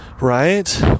Right